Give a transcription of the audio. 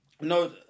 No